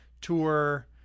tour